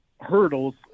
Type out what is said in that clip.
hurdles